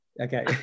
okay